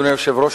אדוני היושב-ראש,